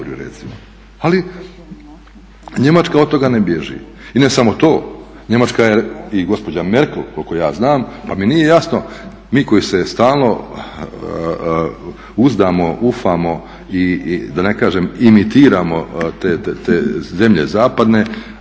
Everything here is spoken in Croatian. Ali Njemačka od toga ne bježi. I ne samo to, Njemačka je i gospođa Merkel koliko ja znam, pa mi nije jasno, mi koji se stalno uzdamo, ufamo i da ne kažem imitiramo te zemlje zapadne,